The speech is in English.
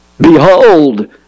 Behold